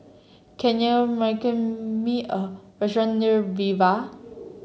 can you recommend me a restaurant near Viva